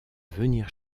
venir